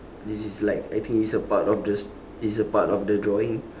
this is like I think it's a part of the s~ it's a part of the drawing